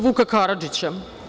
Vuka Karadžića.